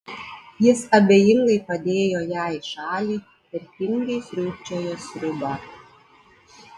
jis abejingai padėjo ją į šalį ir tingiai sriūbčiojo sriubą